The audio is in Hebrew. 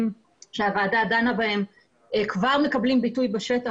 שהוועדה דנה בהם כבר מקבלים ביטוי בשטח,